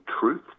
truth